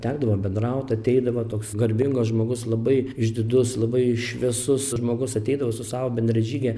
tekdavo bendraut ateidavo toks garbingas žmogus labai išdidus labai šviesus žmogus ateidavo su savo bendražyge